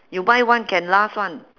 you buy one can last [one]